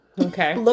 Okay